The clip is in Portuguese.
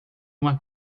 uma